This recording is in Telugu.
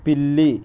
పిల్లి